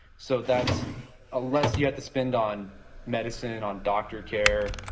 so that's a less you have to spend on medicine, on doctor care,